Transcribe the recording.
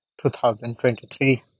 2023